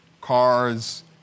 Cars